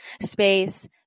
space